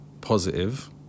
positive